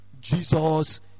Jesus